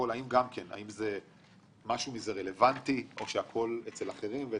האם משהו מזה רלוונטי או שהכל אצל אחרים?